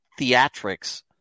theatrics